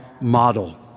model